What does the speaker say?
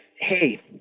hey